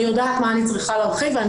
אני יודעת מה אני צריכה להרחיב ואני